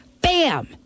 bam